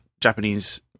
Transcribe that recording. Japanese